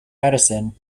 medicine